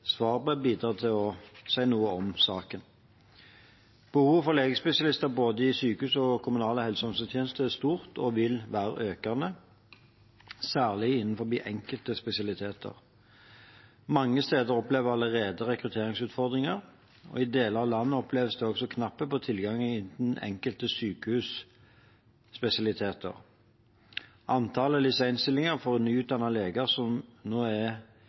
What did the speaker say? si noe om saken. Behovet for legespesialister både i sykehus og kommunale helse- og omsorgstjenester er stort og vil være økende, særlig innen enkelte spesialiteter. Mange steder opplever allerede rekrutteringsutfordringer. I deler av landet oppleves det også knapphet på tilgang innen enkelte sykehusspesialiteter. Antallet LIS1-stillinger for nyutdannede leger som nå er